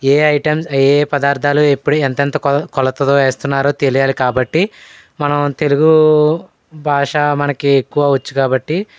ఏ item ఏ ఏ పదార్థాలు ఎప్పుడు ఎంతెంత కొల కొలతతో వేస్తున్నారో తెలియాలి కాబట్టి మనము తెలుగు భాష మనకి ఎక్కువ వచ్చు కాబట్టి